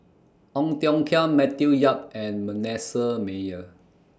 Ong Tiong Khiam Matthew Yap and Manasseh Meyer